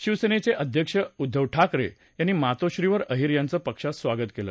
शिवसेनेचे अध्यक्ष उद्धव ठाकरे यांनी मातोश्रीवर अहिर यांचं पक्षात स्वागत केलं